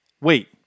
wait